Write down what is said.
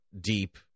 deep